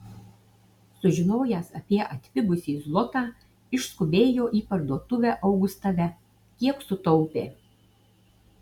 sužinojęs apie atpigusį zlotą išskubėjo į parduotuvę augustave kiek sutaupė